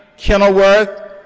kenilworth,